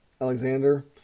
Alexander